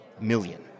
million